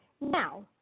now